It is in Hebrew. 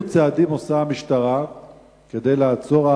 אילו צעדים עושה המשטרה כדי לעצור את